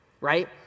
right